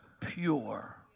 pure